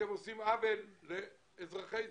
אתם עושים עוול לאזרחי ישראל,